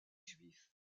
juifs